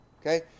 Okay